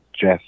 Jeff